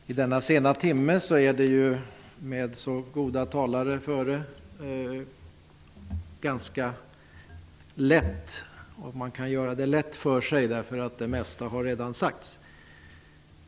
Herr talman! Denna sena timme kan man, när man kommer upp i talarstolen efter så här goda talare, göra det lätt för sig. Det mesta har ju redan sagts.